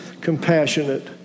compassionate